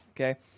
okay